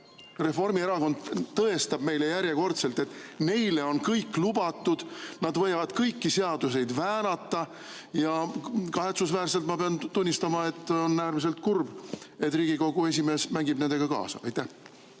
Reformierakond tõestab meile järjekordselt, et neile on kõik lubatud, nad võivad kõiki seadusi väänata. Ja kahetsusväärselt ma pean tunnistama, et on äärmiselt kurb, et Riigikogu esimees mängib nendega kaasa. Ma